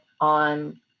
on